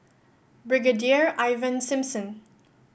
Brigadier Ivan Simson